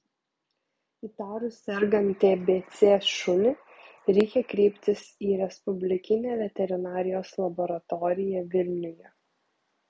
įtarus sergant tbc šunį reikia kreiptis į respublikinę veterinarijos laboratoriją vilniuje